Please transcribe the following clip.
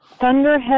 Thunderhead